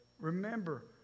Remember